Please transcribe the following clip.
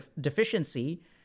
deficiency